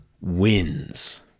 wins